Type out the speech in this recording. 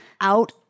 out